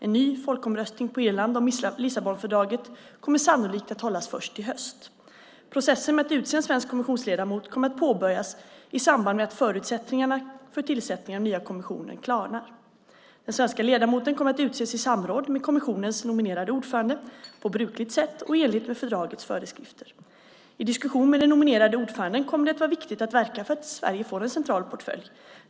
En ny folkomröstning på Irland om Lissabonfördraget kommer sannolikt att hållas först i höst. Processen med att utse en svensk kommissionsledamot kommer att påbörjas i samband med att förutsättningarna för tillsättningen av den nya kommissionen klarnar. Den svenska ledamoten kommer att utses i samråd med kommissionens nominerade ordförande, på brukligt sätt och i enlighet med fördragets föreskrifter. I diskussioner med den nominerade ordföranden kommer det att vara viktigt att verka för att Sverige får en central portfölj.